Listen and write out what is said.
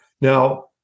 Now